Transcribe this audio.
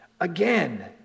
again